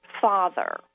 Father